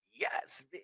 Yes